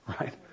right